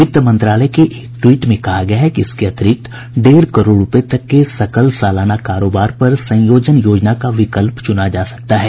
वित्त मंत्रालय के ट्वीट में कहा गया है कि इसके अतिरिक्त डेढ़ करोड़ रुपए तक के सकल सालाना कारोबार पर संयोजन योजना का विकल्प चुना जा सकता है